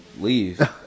leave